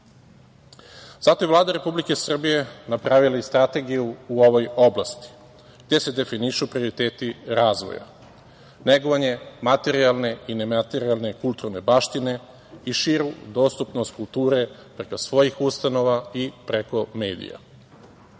i sveta. Vlada Republike Srbije je zato napravila strategiju u ovoj oblasti, gde se definišu prioriteti razvoja, negovanje materijalne i nematerijalne kulturne baštine i širu dostupnost kulture preko svojih ustanova i preko